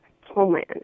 homeland